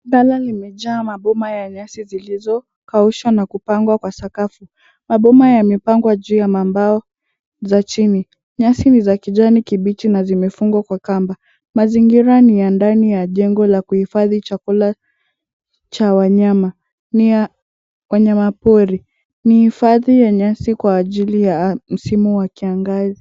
Gala limejaa maboma ya nyasi zilizokaushwa na kupangwa kwa sakafu. Maboma yamepangwa juu ya mambao za chini. Nyasi ni za kijani kibichi na zimefungwa kwa kamba. Mazingira ni ya ndani ya jengo la kuhifadhi chakula cha wanyama. Ni ya wanyamapori. Ni hifadhi ya nyasi kwa ajili ya msimu wa kiangazi.